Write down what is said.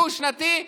דו-שנתי,